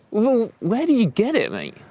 although, where did you get it, mate?